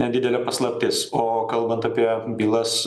nedidelė paslaptis o kalbant apie bylas